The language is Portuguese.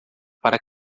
para